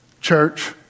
Church